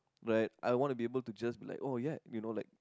right I want to be able to just be like oh ya you know like